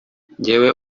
njyewe